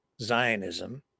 Zionism